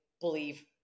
believe